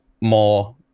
more